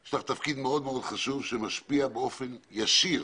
יש לך תפקיד מאוד מאוד חשוב שמשפיע באופן ישיר